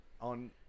on